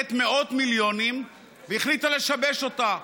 שמגלגלת מאות מיליונים, והחליטה לשבש אותה.